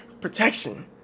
protection